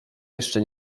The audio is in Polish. jeszcze